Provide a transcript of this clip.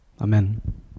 amen